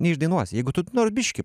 neišdainuosi jeigu tu nors biškį